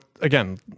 again